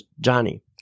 Johnny